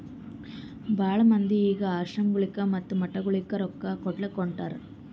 ಭಾಳ ಮಂದಿ ಈಗ್ ಆಶ್ರಮಗೊಳಿಗ ಮತ್ತ ಮಠಗೊಳಿಗ ರೊಕ್ಕಾ ಕೊಡ್ಲಾಕ್ ಹೊಂಟಾರ್